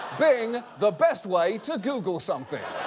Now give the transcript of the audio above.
bing, the best way to google something.